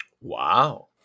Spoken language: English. Wow